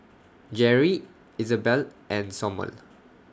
Jerri Izabelle and Sommer